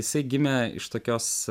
jisai gimė iš tokios